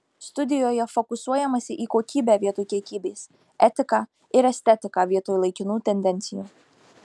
studijoje fokusuojamasi į kokybę vietoj kiekybės etiką ir estetiką vietoj laikinų tendencijų